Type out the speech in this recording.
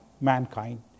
mankind